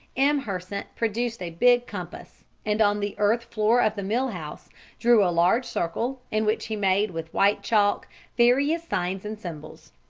m. hersant produced a big compass, and on the earth floor of the mill-house drew a large circle, in which he made with white chalk various signs and symbols.